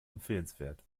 empfehlenswert